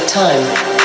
time